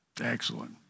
excellent